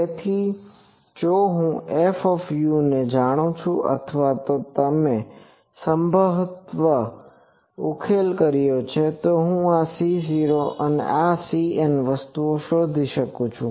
તેથી જો હું F ને જાણું છું અથવા જો તમે સંભવત ઉલ્લેખ કર્યો છે તો હું આ C0 અને આ Cn વસ્તુઓ શોધી શકું છું